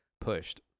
pushed